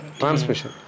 transmission